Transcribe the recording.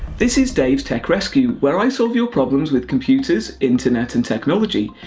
this is dave's tech rescue, where i solve your problems with computers, internet and technology.